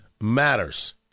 matters